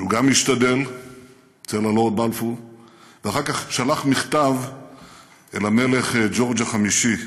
שגם השתדל אצל הלורד בלפור ואחר כך שלח מכתב אל המלך ג'ורג' החמישי,